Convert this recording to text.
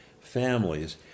families